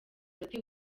ati